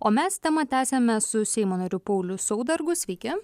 o mes temą tęsiame su seimo nariu pauliu saudargu sveiki